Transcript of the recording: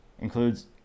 Includes